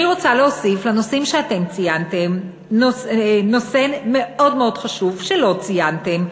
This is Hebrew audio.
אני רוצה להוסיף לנושאים שאתם ציינתם נושא מאוד חשוב שלא ציינתם,